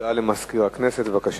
הודעה למזכיר הכנסת, בבקשה.